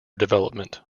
development